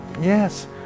Yes